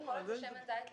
כל זמן שזה שמן זית למאכל,